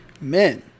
Men